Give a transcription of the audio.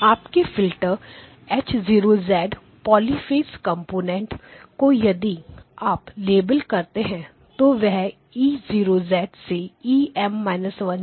आपके filter H 0 polyphase component को यदि आप लेबल करते हैं तो वह E0 से EM 1 तक होगा